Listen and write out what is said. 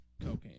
cocaine